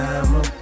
I'ma